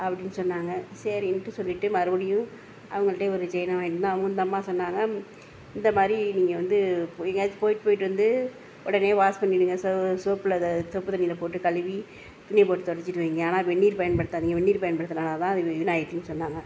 அப்படின் சொன்னாங்க சரினுட்டு சொல்லிட்டு மறுபடியும் அவங்கள்ட்டே ஒரு செயினை வாங்கினு வந்து அவங்க அந்த அம்மா சொன்னாங்க இந்த மாதிரி நீங்கள் வந்து எங்கியாச்சு போயிட் போய்ட்டு வந்து உடனே வாஷ் பண்ணிடுங்க சோ சோப்பில் அதை சோப்பு தண்ணியில் போட்டு கழுவி துணியை போட்டு துடச்சிட்டு வைங்க ஆனால் வெந்நீர் பயன்படுத்தாதிங்க வெந்நீர் பயன்படுத்துனதால தான் அது வீணாக ஆகிட்டுனு சொன்னாங்க